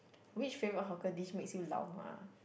which favourite hawker dish makes you lao-nua